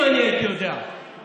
אם אני הייתי יודע ש-10%,